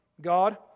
God